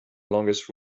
longest